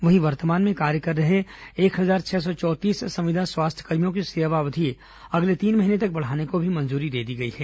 वहीं वर्तमान में कार्य कर रहे एक हजार छह सौ चौंतीस संविदा स्वास्थ्यकर्मियों की सेवा अवधि अगले तीन महीने तक बढ़ाने को भी मंजूरी दे दी गई है